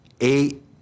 eight